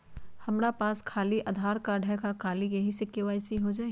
हमरा पास खाली आधार कार्ड है, का ख़ाली यही से के.वाई.सी हो जाइ?